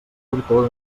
autor